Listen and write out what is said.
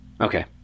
Okay